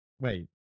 wait